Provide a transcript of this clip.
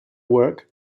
work